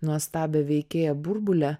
nuostabią veikėją burbule